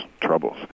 troubles